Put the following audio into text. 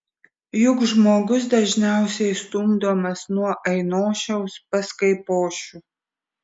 juk žmogus dažniausiai stumdomas nuo ainošiaus pas kaipošių